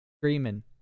Screaming